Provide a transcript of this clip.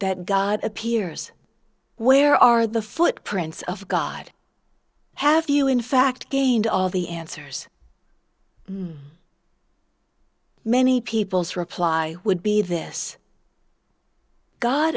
that god appears where are the footprints of god have you in fact gained all the answers many people's reply would be this god